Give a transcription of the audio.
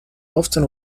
often